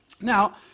Now